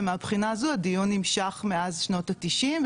ומהבחינה הזו הדיון נמשך מאז שנות התשעים,